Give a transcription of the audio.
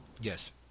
Yes